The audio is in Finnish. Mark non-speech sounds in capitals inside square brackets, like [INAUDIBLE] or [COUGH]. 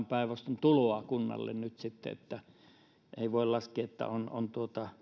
[UNINTELLIGIBLE] päinvastoin tuloa kunnalle että ei voi laskea että on on